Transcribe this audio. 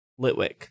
Litwick